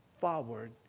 forward